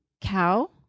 cow